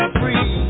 free